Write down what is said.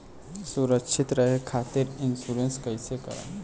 सुरक्षित रहे खातीर इन्शुरन्स कईसे करायी?